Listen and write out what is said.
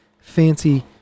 fancy